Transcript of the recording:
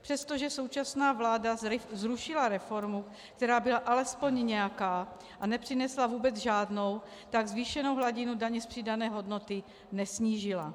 Přestože současná vláda zrušila reformu, která byla alespoň nějaká, a nepřinesla vůbec žádnou, tak zvýšenou hladinu daně z přidané hodnoty nesnížila.